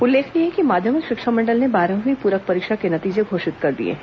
उल्लेखनीय है कि माध्यमिक शिक्षा मंडल ने बारहवीं पूरक परीक्षा के नतीजे घोषित किए हैं